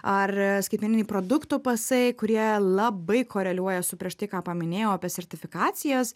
ar skaitmeniniai produktų pasai kurie labai koreliuoja su prieš tai ką paminėjau apie sertifikacijas